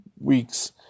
week's